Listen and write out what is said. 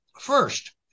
first